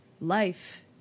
Life